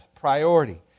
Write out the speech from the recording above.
priority